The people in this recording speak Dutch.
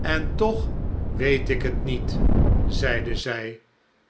en toch weet ik het niet zeide zij